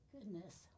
Goodness